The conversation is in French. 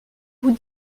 vous